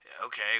okay